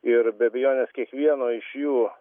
ir be abejonės kiekvieno iš jų